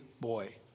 boy